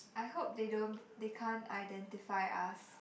I hope they don't they can't identify us